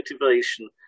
motivation